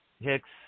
Hicks